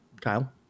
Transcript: kyle